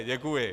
Děkuji.